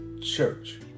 church